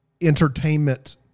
entertainment